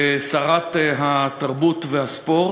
שרת התרבות והספורט.